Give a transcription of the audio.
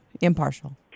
Impartial